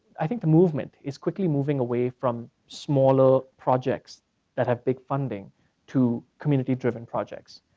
i think the movement is quickly moving away from smaller projects that have big funding to community driven projects.